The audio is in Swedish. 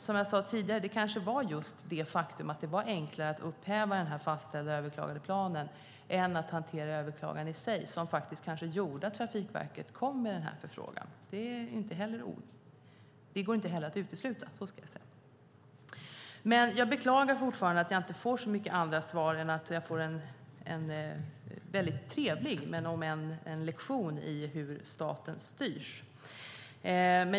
Som jag sade tidigare var det kanske just det faktum att det var enklare att upphäva den fastställda överklagandeplanen än att hantera överklagandet i sig som gjorde att Trafikverket kom med den förfrågan. Det kan i alla fall inte uteslutas. Jag beklagar att jag inte får så mycket mer svar än en, visserligen väldigt trevlig men dock, lektion i hur staten styrs.